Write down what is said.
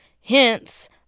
hence